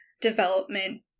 Development